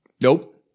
Nope